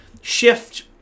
shift